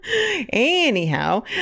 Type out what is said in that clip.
Anyhow